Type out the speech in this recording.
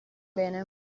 bene